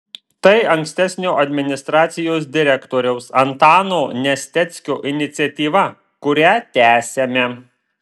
tai ankstesnio administracijos direktoriaus antano nesteckio iniciatyva kurią tęsiame